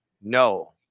No